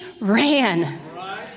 ran